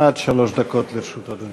עד שלוש דקות לרשות אדוני.